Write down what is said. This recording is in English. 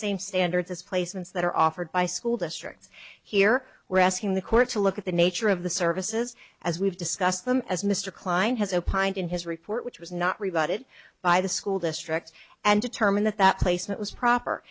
same standards as placements that are offered by school districts here we're asking the court to look at the nature of the services as we've discussed them as mr klein has opined in his report which was not related by the school districts and determine that that placement was proper